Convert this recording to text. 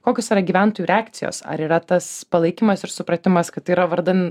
kokios yra gyventojų reakcijos ar yra tas palaikymas ir supratimas kad tai yra vardan